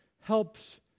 helps